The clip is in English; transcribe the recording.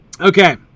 Okay